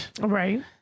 right